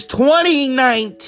2019